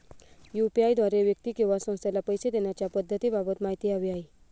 UPI द्वारे व्यक्ती किंवा संस्थेला पैसे देण्याच्या पद्धतींबाबत माहिती हवी आहे